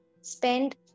spend